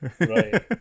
Right